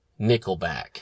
Nickelback